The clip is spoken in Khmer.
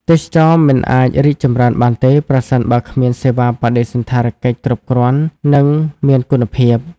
ទេសចរណ៍មិនអាចរីកចម្រើនបានទេ ប្រសិនបើគ្មានសេវាបដិសណ្ឋារកិច្ចគ្រប់គ្រាន់ និងមានគុណភាព។